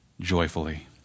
joyfully